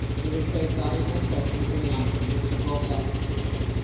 he received valuable presents in london, which he brought back to sydney,